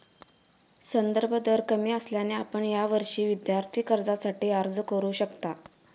संदर्भ दर कमी असल्याने आपण यावर्षी विद्यार्थी कर्जासाठी अर्ज करू शकता